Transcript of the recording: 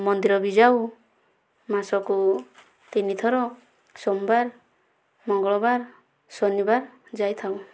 ମନ୍ଦିର ବି ଯାଉ ମାସକୁ ତିନିଥର ସୋମବାର ମଙ୍ଗଳବାର ଶନିବାର ଯାଇଥାଉ